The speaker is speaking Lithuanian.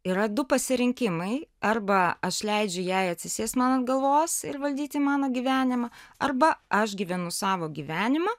yra du pasirinkimai arba aš leidžiu jai atsisėst man ant galvos ir valdyt mano gyvenimą arba aš gyvenu savo gyvenimą